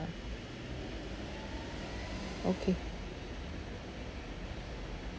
okay